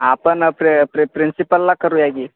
आपण प्रि प्रि प्रिन्सिपलला करूया की